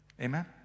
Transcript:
Amen